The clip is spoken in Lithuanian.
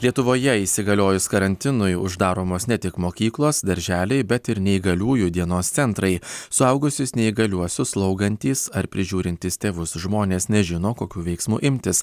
lietuvoje įsigaliojus karantinui uždaromos ne tik mokyklos darželiai bet ir neįgaliųjų dienos centrai suaugusius neįgaliuosius slaugantys ar prižiūrintys tėvus žmonės nežino kokių veiksmų imtis